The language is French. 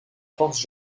forces